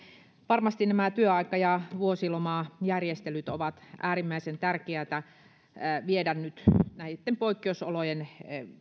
varmasti nämä työaika ja vuosilomajärjestelyt ovat äärimmäisen tärkeätä viedä nyt näitten poikkeusolojen